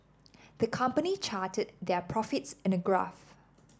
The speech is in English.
the company charted their profits in a graph